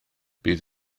bydd